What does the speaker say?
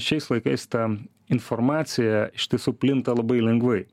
šiais laikais ta informacija iš tiesų plinta labai lengvai